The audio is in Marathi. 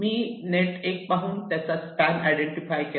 मी नेट 1 पाहून त्याचा स्पॅन आयडेंटिफाय केला